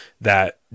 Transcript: that-